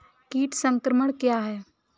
कीट संक्रमण क्या है?